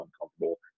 uncomfortable